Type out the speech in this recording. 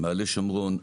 מעלה שומרון,